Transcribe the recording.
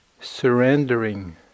surrendering